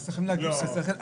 צריך להגיד בצורה ברורה,